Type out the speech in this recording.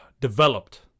developed